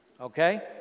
okay